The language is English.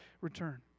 return